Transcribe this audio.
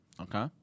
Okay